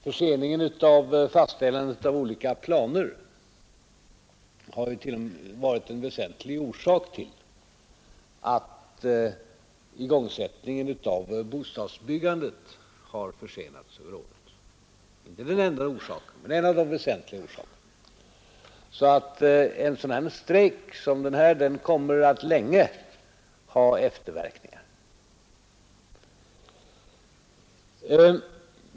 Förseningen av fastställandet av olika planer har varit en väsentlig orsak till att igångsättningen av bostadsbyggandet har försenats över året. Det är inte den enda orsaken men en av de väsentliga orsakerna, så en strejk som den här kommer att länge ha efterverkningar.